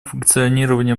функционирование